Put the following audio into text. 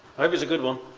i hope it's a good one.